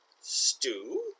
Stew